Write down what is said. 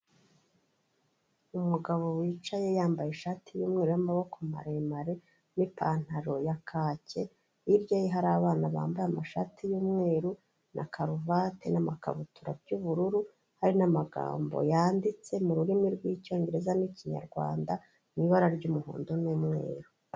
Umugabo wicaye yambaye ishati y'umweru y'amaboko maremare n'ipantaro ya kacye; hirya ye hari abana bambaye amashati y'umweru na karuvati n'amakabutura by'ubururu; hari n'amagambo yanditse mu rurimi rw'icyongereza n'ikinyarwanda mu ibara ry'umuhondo n'umweru.